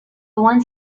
ones